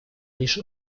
лишь